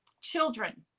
children